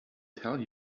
tell